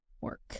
work